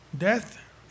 Death